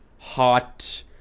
hot